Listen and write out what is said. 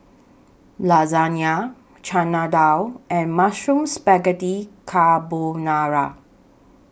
Lasagne Chana Dal and Mushroom Spaghetti Carbonara